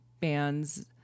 bands